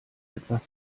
etwas